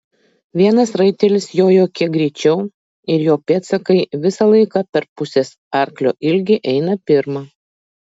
vienas raitelis jojo kiek greičiau ir jo pėdsakai visą laiką per pusės arklio ilgį eina pirma